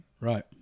Right